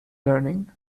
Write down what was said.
learning